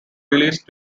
released